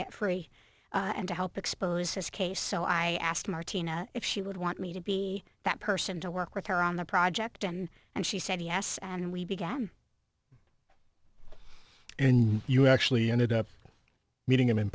get free and to help expose his case so i asked martina if she would want me to be that person to work with her on the project and and she said yes and we began and you actually ended up meeting him in